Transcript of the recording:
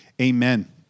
amen